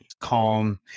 calm